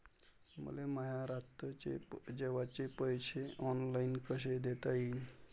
मले माया रातचे जेवाचे पैसे ऑनलाईन कसे देता येईन?